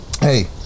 hey